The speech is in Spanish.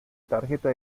tarjeta